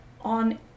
on